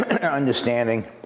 understanding